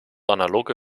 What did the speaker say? analoge